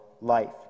life